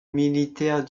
militaire